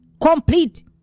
complete